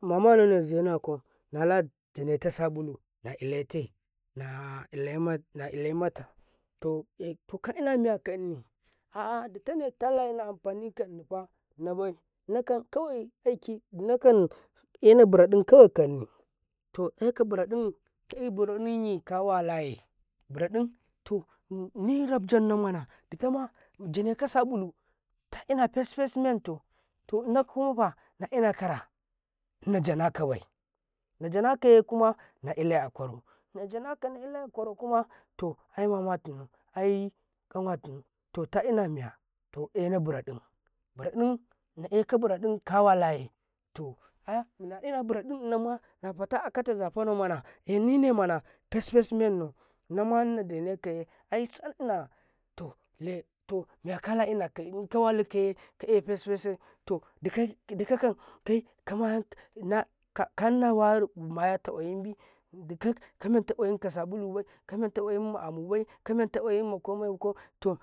mamaina zonekum tineta sabulu ileti naile mata to kailama kani han datane talana amfani kalifa nabai nakan kauuy aki ani buraɗan kananu to aka buraɗan kawala ye buraɗan tani rafjanima janneka sabulu ina fesfesnan to to ina kawafa naina kara najanakabai najakayema naile aƙarau to hainama tamu lo ƙawa timu to to dinli ya to ana buruɗum buruɗu na aka buruɗam kawalaye naina buraɗum nama nafatuka kawalaye naina buraɗumama nafatuke zifanau haninmana fesfesmennu wamme deneke i sallu to yakuwa kawalik ka a fesfes to dikaka kunwatu ƙwayinbi kannata ƙwayin ka sabulu bai kanna to amubai kanna to kaminka